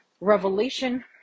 revelation